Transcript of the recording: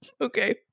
Okay